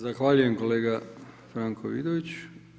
Zahvaljujem kolegi Franku Vidoviću.